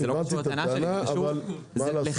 לא